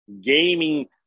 gaming